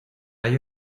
ello